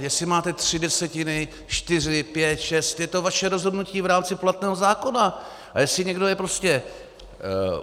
Jestli máte tři desetiny, čtyři, pět, šest, je to vaše rozhodnutí v rámci platného zákona, a jestli někdo je prostě